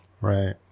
Right